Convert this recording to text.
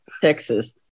Texas